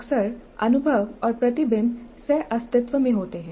अक्सर अनुभव और प्रतिबिंब सह अस्तित्व में होते हैं